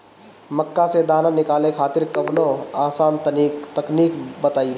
मक्का से दाना निकाले खातिर कवनो आसान तकनीक बताईं?